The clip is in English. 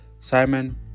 Simon